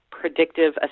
predictive